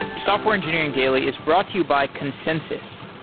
software engineering daily is brought you by consensys.